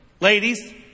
Ladies